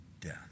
death